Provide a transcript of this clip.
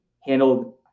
handled